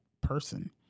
person